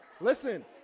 listen